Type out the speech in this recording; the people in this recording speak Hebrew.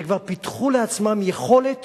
כבר פיתחו לעצמם יכולת